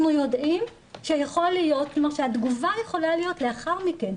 אנחנו יודעים שהתגובה יכולה להיות לאחר מכן.